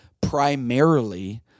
primarily